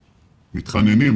אפילו מתחננים,